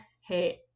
hey